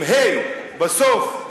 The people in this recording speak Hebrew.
עם ה"א בסוף,